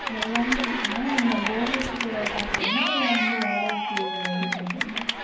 எல்லாமே இருக்குதுங்க நீங்கள் போகியத்துக்கு பார்க்குறீங்களா இல்லை வந்து வாடகைக்கு பண்ணுறீங்களா